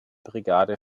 brigade